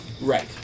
right